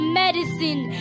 medicine